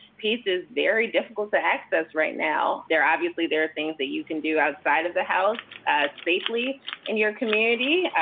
peace is very difficult to access right now. there are obviously there are things that you can do outside of the house, safely in your community,